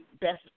Best